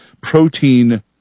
Protein